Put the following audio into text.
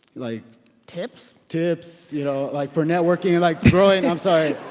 like tips? tips you know like for networking, like growing, i'm sorry.